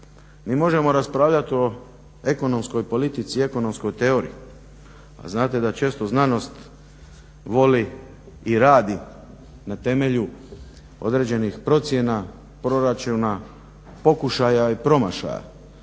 Mi možemo raspravljati o ekonomskoj politici i ekonomskoj teoriji a znate da često znanost voli i radi na temelju određenih procjena proračuna, pokušaja i promašaja.